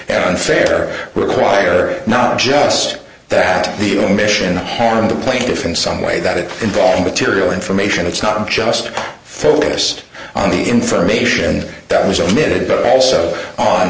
unfair require not just that the omission of having the plaintiff in some way that it involved material information it's not just focused on the information that was omitted but also on